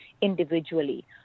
individually